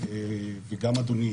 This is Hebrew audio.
וגם אדוני